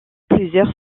plusieurs